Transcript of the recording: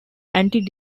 anti